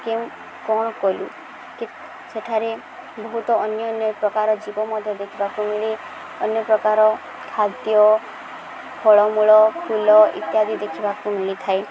କେଉଁ କ'ଣ କଲୁ ଠିକ ସେଠାରେ ବହୁତ ଅନ୍ୟନ୍ୟ ପ୍ରକାର ଜୀବ ମଧ୍ୟ ଦେଖିବାକୁ ମିଳେ ଅନ୍ୟପ୍ରକାର ଖାଦ୍ୟ ଫଳମୂଳ ଫୁଲ ଇତ୍ୟାଦି ଦେଖିବାକୁ ମିଳିଥାଏ